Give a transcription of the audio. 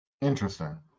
Interesting